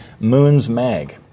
moonsmag